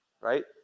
right